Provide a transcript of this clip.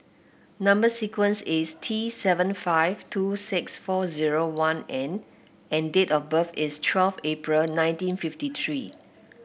number sequence is T seven five two six four zero one N and date of birth is twelve April nineteen fifty three